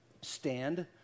Stand